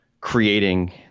creating